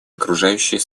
окружающей